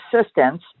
assistance